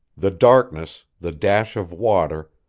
the darkness, the dash of water,